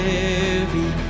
heavy